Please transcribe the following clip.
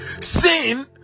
sin